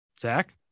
Zach